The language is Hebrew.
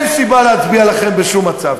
אין סיבה להצביע לכם בשום מצב.